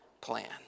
plan